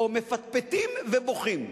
או מפטפטים ובוכים.